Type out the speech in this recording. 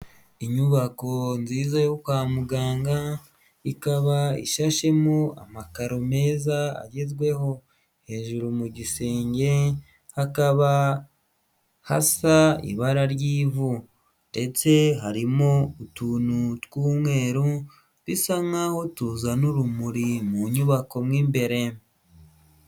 Inyubako nziza yo kwa muganga ikaba ishashemo amakaro meza agezweho. Hejuru mu gisenge hakaba hasa ibara ry'ivu. Ndetse harimo utuntu tw'umweru bisa nkaho tuzana urumuri mu nyubako mo imbere.